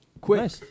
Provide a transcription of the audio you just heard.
Quick